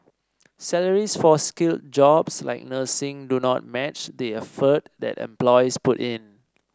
salaries for skilled jobs like nursing do not match the effort that employees put in